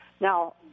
Now